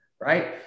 right